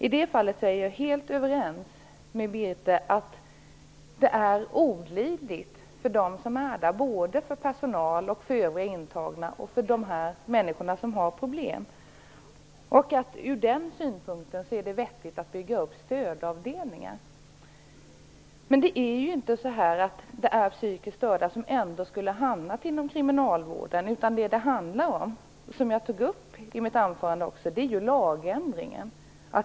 I det fallet är jag helt överens med Birthe Sörestedt om att det är olidligt för dem som är där, både för personal, de människor som har dessa problem och övriga intagna. Ur den synpunkten är det vettigt att bygga upp stödavdelningar. Men det handlar inte om psykiskt störda som ändå skulle ha hamnat inom kriminalvården. Som jag tog upp i mitt anförande handlar det också om lagändringen.